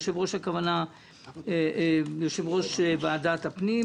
היושב-ראש הכוונה יושב-ראש ועדת הפנים